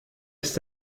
ist